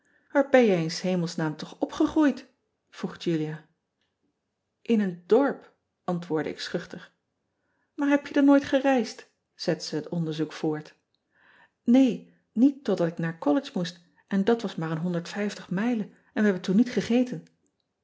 s hemelsnaam toch opgegroeid vroeg ulia n een dorp antwoordde ik schuchter aar heb je dan nooit gereisd zette ze het onderzoek voort een niet totdat ik naar ollege moest en dat was maar een mijlen en we hebben toen niet gegeten